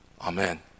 Amen